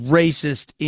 racist